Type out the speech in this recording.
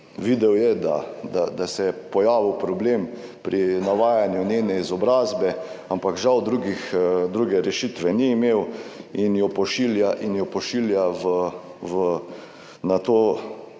videl je, da se je pojavil problem pri navajanju njene izobrazbe, ampak žal druge rešitve ni imel in jo pošilja v na to